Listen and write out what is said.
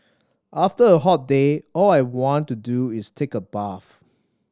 after a hot day all I want to do is take a bath